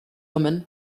woman